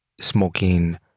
smoking